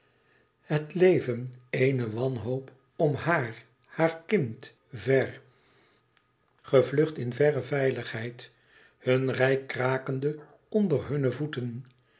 het leven ééne wanhoop om haar haar kind ver gevlucht in verre veiligheid hun rijk krakende onder hunne voeten